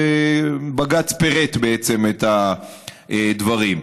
ובג"ץ בעצם פירט את הדברים.